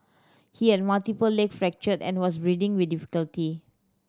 he had multiple leg fracture and was breathing with difficulty